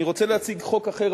אני רוצה להציג חוק אחר,